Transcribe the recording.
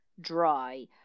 dry